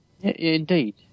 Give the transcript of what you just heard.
Indeed